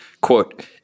quote